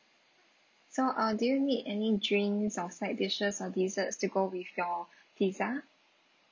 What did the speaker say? so uh do you need any drinks or side dishes or desserts to go with your pizza